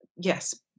yes